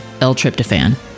L-Tryptophan